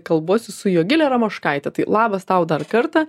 kalbuosi su jogile ramoškaite tai labas tau dar kartą